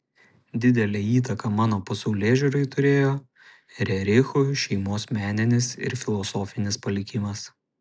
didelę įtaką mano pasaulėžiūrai turėjo rerichų šeimos meninis ir filosofinis palikimas